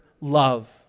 love